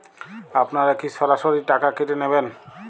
আপনারা কি সরাসরি টাকা কেটে নেবেন?